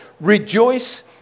Rejoice